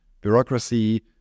Bureaucracy